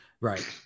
Right